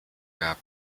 gab